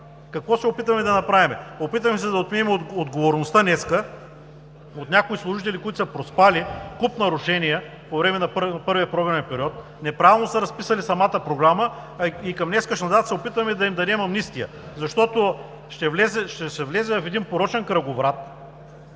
Какво се опитваме да направим? Опитваме се да отмием отговорността днес от някои служители, които са проспали куп нарушения по време на първия програмен период, неправилно са разписали самата програма и към днешна дата се опитваме да им дадем амнистия. Ще се влезе в един порочен кръговрат